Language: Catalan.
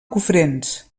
cofrents